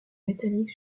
métallique